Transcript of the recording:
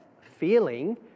feeling